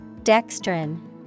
Dextrin